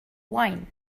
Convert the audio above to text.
wine